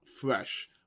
fresh